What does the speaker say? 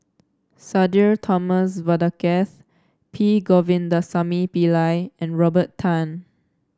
Sudhir Thomas Vadaketh P Govindasamy Pillai and Robert Tan